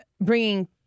bringing